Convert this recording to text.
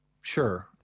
sure